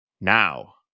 now